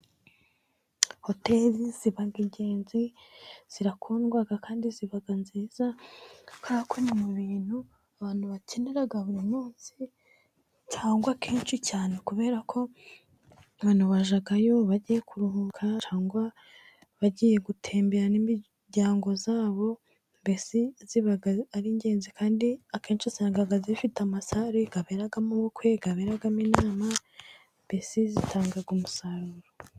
Hoteri ziba ingenzi zirakundwa kandi ziba nziza kubera ko ni kimwe bintu abantu bakenera mu buzima bwabo bwa buri munsi, cyangwa kenshi cyane kubera ko abantu bajyayo bagiye kuruhuka cyangwa bagiye gutembera n'imiryango yabo. Mbese ziba ari ingenzi kandi akenshi usanga zifite amasare aberamo ubukwe, aberamo inama mbesi zitanga umusaruro.